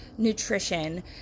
Nutrition